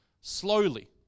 Slowly